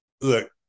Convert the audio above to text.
look